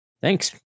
Thanks